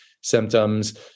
symptoms